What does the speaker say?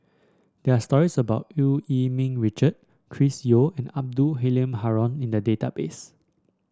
there are stories about Eu Yee Ming Richard Chris Yeo and Abdul Halim Haron in the database